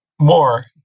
more